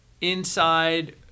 inside